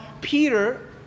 Peter